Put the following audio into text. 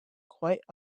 quite